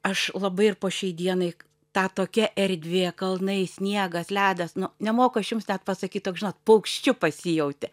aš labai ir po šiai dienai ta tokia erdvė kalnai sniegas ledas nu nemoku aš jums pasakyt toks žinot paukščiu pasijauti